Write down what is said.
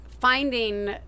finding